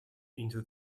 into